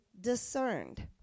discerned